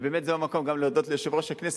זה המקום גם להודות ליושב-ראש הכנסת,